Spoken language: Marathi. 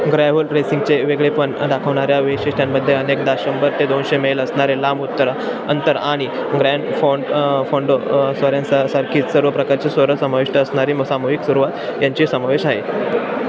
ग्रॅव्हल रेसिंगचे वेगळे पण दाखवणाऱ्या वैशिष्ट्यांमध्ये अनेकदा शंभर ते दोनशे मैल असणारे लांब उत्तरा अंतर आणि ग्रँड फौंड फोंडो स्वाऱ्यांसासारखी सर्व प्रकारचे स्वार समाविष्ट असणारी म सामूहिक सुरुवात यांचा समावेश आहे